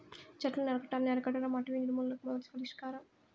చెట్లను నరకటాన్ని అరికట్టడం అటవీ నిర్మూలనకు మొదటి పరిష్కారం